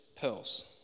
pearls